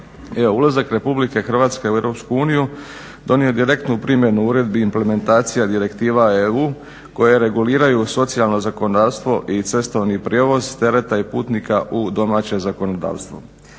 Ulazak RH u EU donio je direktnu primjenu uredbi implementacija direktiva EU koje reguliraju socijalno zakonodavstvo i cestovni prijevoz tereta i putnika u domaće zakonodavstvo.